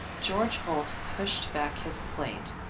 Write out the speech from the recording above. george holt pushed back his plate,